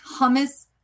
hummus